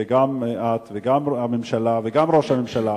גם את וגם הממשלה וגם ראש הממשלה,